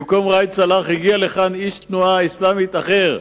במקום ראאד סלאח הגיע לכאן איש תנועה אסלאמית אחר,